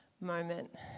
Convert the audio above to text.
moment